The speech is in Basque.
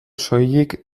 soilik